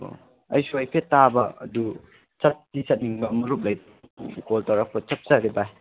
ꯑꯣ ꯑꯩꯁꯨ ꯍꯥꯏꯐꯦꯠ ꯇꯥꯕ ꯑꯗꯨ ꯆꯠꯇꯤ ꯆꯠꯅꯤꯡꯕ ꯃꯔꯨꯞ ꯀꯣꯜ ꯇꯧꯔꯛꯄ ꯆꯞ ꯆꯥꯔꯦ ꯕꯥꯏ